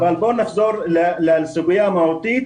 אבל בוא נחזור לסוגיה המהותית,